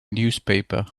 newspaper